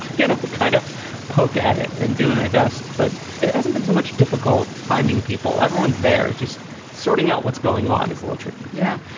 kinda kind of poke at it and doing my best. but it hasn't been so much difficult finding people. everyone's there. just sorting out what's going on is a little tricky yeah.